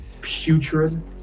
putrid